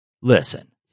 listen